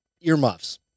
earmuffs